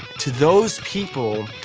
to those people,